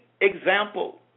example